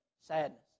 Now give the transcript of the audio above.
sadness